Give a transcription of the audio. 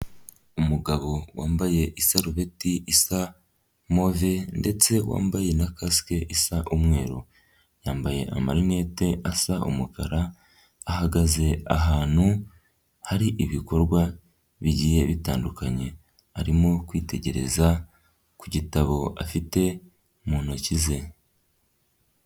Umugabo wambaye isarubeti isa move ndetse wambaye na kasike isa umweru. Yambaye amarinete asa umukara, ahagaze ahantu hari ibikorwa bigiye bitandukanye. Arimo kwitegereza ku gitabo afite mu ntoki ze.